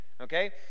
Okay